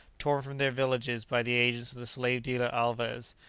torn from their villages by the agents of the slave-dealer alvez,